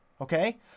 Okay